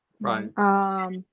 Right